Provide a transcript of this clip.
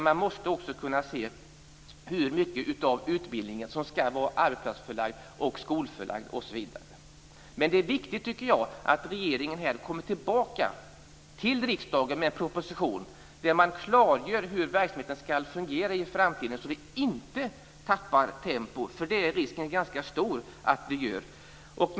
Man måste också kunna se hur mycket av utbildningen som skall vara arbetsplatsförlagd och skolförlagd. Det är viktigt, tycker jag, att regeringen kommer tillbaka till riksdagen med en proposition där man klargör hur verksamheten skall fungera i framtiden så att vi inte tappar tempo. Risken för att vi gör det är nämligen ganska stor.